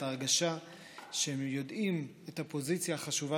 את ההרגשה שהם יודעים את הפוזיציה החשובה